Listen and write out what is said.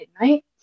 midnight